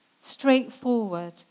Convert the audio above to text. straightforward